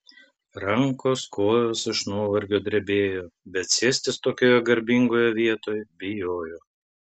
rankos kojos iš nuovargio drebėjo bet sėstis tokioje garbingoje vietoj bijojo